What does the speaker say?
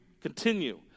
continue